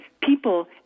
people